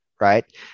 right